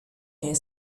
air